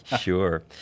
Sure